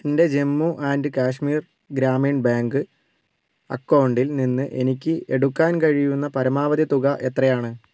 എൻ്റെ Jammu and Kashmir Grameen bank അക്കൗണ്ടിൽ നിന്ന് എനിക്ക് എടുക്കാൻ കഴിയുന്ന പരമാവധി തുക എത്രയാണ്